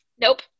nope